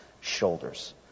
shoulders